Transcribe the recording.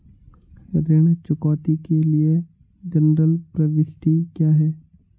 ऋण चुकौती के लिए जनरल प्रविष्टि क्या है?